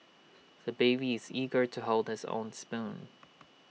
the baby is eager to hold his own spoon